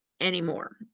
anymore